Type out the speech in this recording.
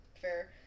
fair